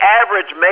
average